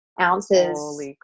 ounces